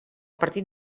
partit